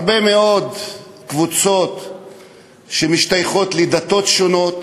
הרבה מאוד קבוצות שמשתייכות לדתות שונות.